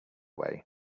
way